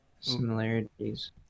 similarities